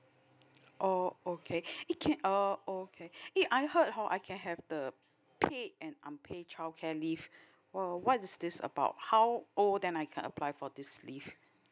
oh okay eh K oh okay eh I heard how I can have the paid and unpaid child care leave well what's this about how old then I can apply for this leave